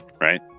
right